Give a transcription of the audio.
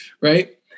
right